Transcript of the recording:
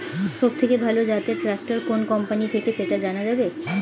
সবথেকে ভালো জাতের ট্রাক্টর কোন কোম্পানি থেকে সেটা জানা যাবে?